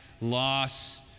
loss